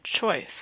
choice